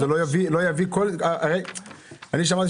אני שמעתי